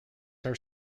are